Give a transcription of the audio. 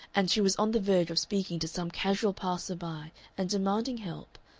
and she was on the verge of speaking to some casual passer-by and demanding help,